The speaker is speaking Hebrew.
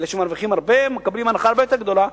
אלה שמרוויחים הרבה מקבלים הנחה הרבה יותר גדולה,